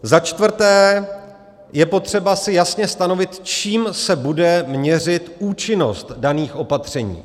Za čtvrté, je potřeba si jasně stanovit, čím se bude měřit účinnost daných opatření.